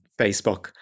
Facebook